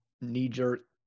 knee-jerk